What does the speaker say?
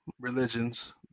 religions